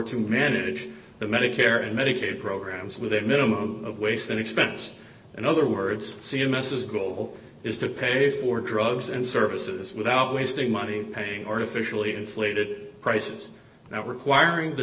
to manage the medicare and medicaid programs with a minimum of waste and expense in other words c m s is goal is to pay for drugs and services without wasting money artificially inflated prices not requiring the